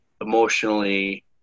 emotionally